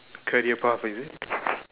career path is it